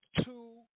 two